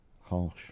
Harsh